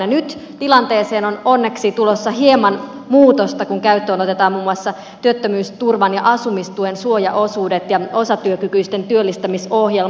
nyt tilanteeseen on onneksi tulossa hieman muutosta kun käyttöön otetaan muun muassa työttömyysturvan ja asumistuen suojaosuudet ja osatyökykyisten työllistämisohjelma